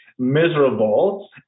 miserable